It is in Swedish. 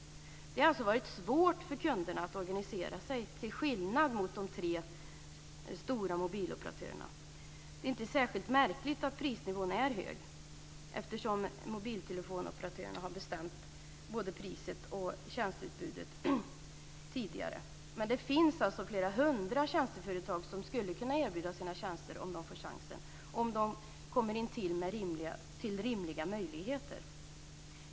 Det har alltså varit svårt för kunderna att organisera sig, till skillnad mot de tre stora mobilteleoperatörerna. Det är inte särskilt märkligt att prisnivån är hög, eftersom mobilteleoperatörerna har bestämt både priset och tjänsteutbudet tidigare. Men det finns alltså flera hundra tjänsteföretag som skulle kunna erbjuda sina tjänster om de fick chansen, om de fick rimliga möjligheter.